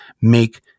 make